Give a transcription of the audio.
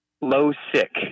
low-sick